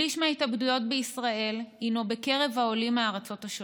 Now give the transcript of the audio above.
שליש מההתאבדויות בישראל הינו בקרב העולים מהארצות השונות.